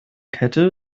kette